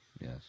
Yes